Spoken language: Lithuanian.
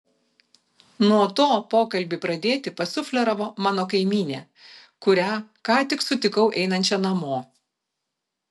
nuo to pokalbį pradėti pasufleravo mano kaimynė kurią ką tik sutikau einančią namo